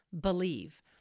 Believe